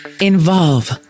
Involve